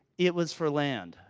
it was for land.